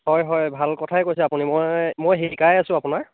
হয় হয় ভাল কথাই কৈছে আপুনি মই মই শিকাই আছোঁ আপোনাৰ